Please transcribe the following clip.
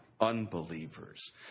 unbelievers